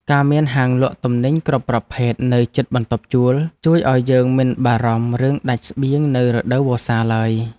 ការមានហាងលក់ទំនិញគ្រប់ប្រភេទនៅជិតបន្ទប់ជួលជួយឱ្យយើងមិនបារម្ភរឿងដាច់ស្បៀងនៅរដូវវស្សាឡើយ។